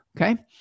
Okay